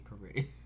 parade